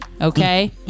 okay